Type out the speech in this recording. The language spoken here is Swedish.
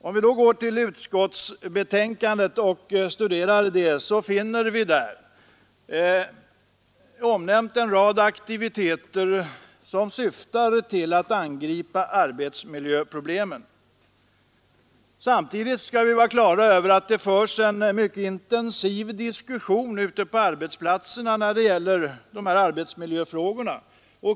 Om vi studerar utskottsbetänkandet finner vi där omnämnda en rad aktiviteter, som syftar till att angripa arbetsmiljöproblemen. Samtidigt skall vi vara på det klara med att det förs en mycket intensiv diskussion på arbetsplatserna om dessa arbetsmiljöfrågor.